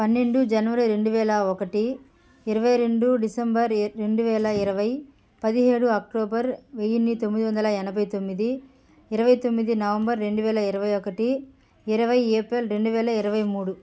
పన్నెండు జనవరి రెండు వేల ఒకటి ఇరవై రెండు డిసెంబర్ రెండు వేల ఇరవై పదిహేడు అక్టోబర్ వెయ్యిన్ని తొమ్మిది వందల ఎనభై తొమ్మిది ఇరవై తొమ్మిది నవంబర్ రెండు వేల ఇరవై ఒకటి ఇరవై ఏప్రిల్ రెండు వేల ఇరవై మూడు